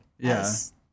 Yes